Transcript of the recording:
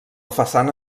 façana